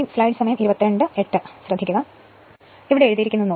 അതിനാലാണ് ഇവിടെ എഴുതിയിരിക്കുന്നത്